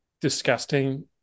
disgusting